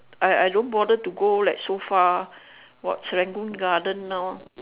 I I don't bother to go like so far what Serangoon-garden hor